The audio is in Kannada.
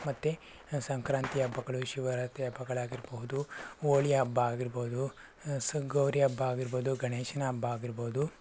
ಮತ್ತೆ ಸಂಕ್ರಾಂತಿ ಹಬ್ಬಗಳು ಶಿವರಾತ್ರಿ ಹಬ್ಬಗಳಾಗಿರಬಹುದು ಹೋಳಿ ಹಬ್ಬ ಆಗಿರಬಹುದು ಸ ಗೌರಿ ಹಬ್ಬ ಆಗಿರಬಹುದು ಗಣೇಶನ ಹಬ್ಬ ಆಗಿರಬಹುದು